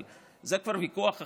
אבל זה כבר ויכוח אחר.